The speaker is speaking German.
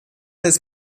ist